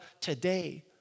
today